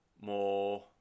more